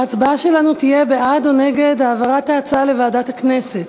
ההצבעה שלנו תהיה בעד או נגד העברת ההצעה לוועדת הכנסת.